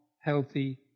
healthy